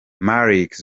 marc